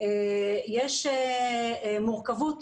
יש מורכבות